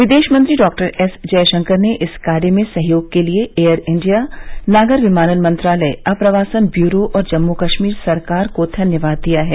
विदेश मंत्री doctor S Jaishankar ने इस कार्य में सहयोग के लिए एयर इंडिया नागर विमानन मंत्रालय आप्रवासन ब्यूरो और जम्मू कश्मीर सरकार को धन्यवाद दिया है